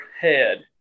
head